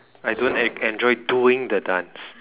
I don't en~ enjoy doing the dance